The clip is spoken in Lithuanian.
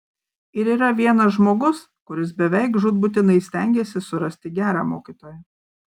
ir yra vienas žmogus kuris beveik žūtbūtinai stengiasi surasti gerą mokytoją